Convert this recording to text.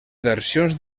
versions